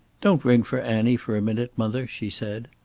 don't ring for annie for a minute, mother, she said.